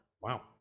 Wow